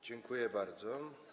Dziękuję bardzo.